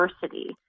diversity